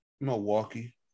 Milwaukee